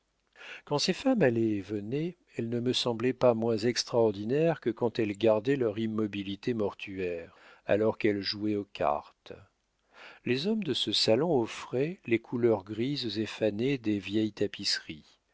quand ces femmes allaient et venaient elles ne me semblaient pas moins extraordinaires que quand elles gardaient leur immobilité mortuaire alors qu'elles jouaient aux cartes les hommes de ce salon offraient les couleurs grises et fanées des vieilles tapisseries